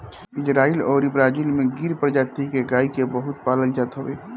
Israel अउरी Brazil में गिर प्रजति के गाई के बहुते पालल जात हवे